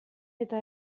eta